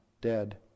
dead